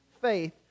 faith